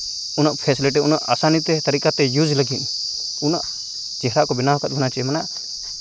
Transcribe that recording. ᱩᱱᱟᱹᱜ ᱯᱷᱮᱥᱮᱞᱤᱴᱤ ᱩᱱᱟᱹᱜ ᱟᱥᱟᱱᱤᱛᱮ ᱛᱟᱹᱨᱤᱠᱟ ᱛᱮ ᱤᱭᱩᱥ ᱞᱟᱹᱜᱤᱫ ᱩᱱᱟᱹᱜ ᱪᱮᱦᱨᱟ ᱠᱚ ᱵᱮᱱᱟᱣ ᱠᱟᱜ ᱵᱚᱱᱟ ᱪᱮ ᱩᱱᱟᱹᱜ